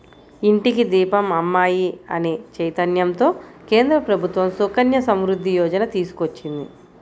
ఇంటికి దీపం అమ్మాయి అనే చైతన్యంతో కేంద్ర ప్రభుత్వం సుకన్య సమృద్ధి యోజన తీసుకొచ్చింది